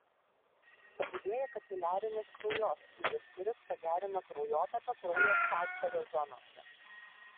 padidėja kapiliarinis kraujospūdis kuris pagerina kraujotaką kraujo sąstovio zonose